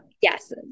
yes